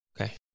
Okay